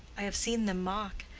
i have seen them mock.